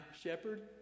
shepherd